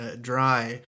dry